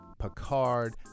Picard